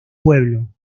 pueblo